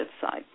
side